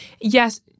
yes